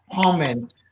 comment